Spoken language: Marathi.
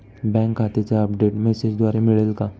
बँक खात्याचे अपडेट मेसेजद्वारे मिळेल का?